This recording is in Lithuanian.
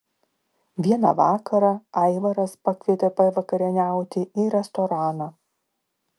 vieną vakarą aivaras pakvietė pavakarieniauti į restoraną